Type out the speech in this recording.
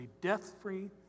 death-free